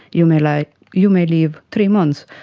you may like you may live three months.